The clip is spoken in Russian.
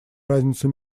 разницу